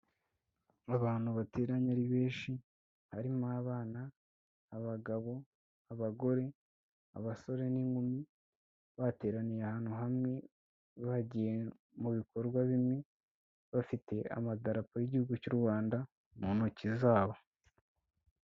Abantu bateranye ari benshi, harimo abana, abagabo, abagore, abasore n'inkumi, bateraniye ahantu hamwe, bagiye mu bikorwa bimwe, bafite amadarapo y'Igihugu cy'u Rwanda mu ntoki zabo.